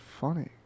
funny